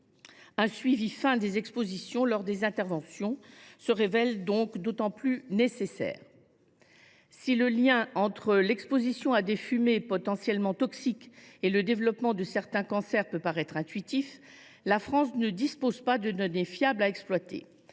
Un suivi fin des expositions lors des interventions se révèle donc d’autant plus nécessaire. Si le lien entre l’exposition à des fumées potentiellement toxiques et le développement de certains cancers peut paraître intuitif, notre pays ne dispose pas de données fiables à exploiter.